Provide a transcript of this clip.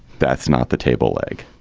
that's not the table leg